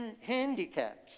handicaps